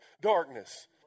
darkness